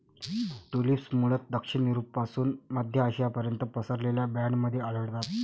tulips मूळतः दक्षिण युरोपपासून मध्य आशियापर्यंत पसरलेल्या बँडमध्ये आढळतात